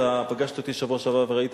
אתה פגשת אותי בשבוע שעבר וראית,